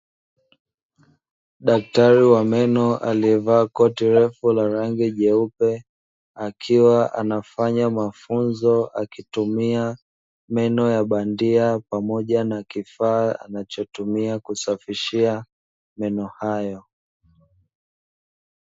Daktari wa meno aliyevaa koti refu la rangi nyeupe, akiwa anafanya mafunzo akitumia meno ya bandia pamoja na kifaa anachotumia kusafishia meno hayo.